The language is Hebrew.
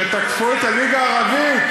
שתקפו את הליגה הערבית.